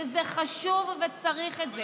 שזה חשוב וצריך את זה.